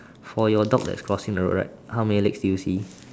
for your dogs that's crossing your road right how many legs do you see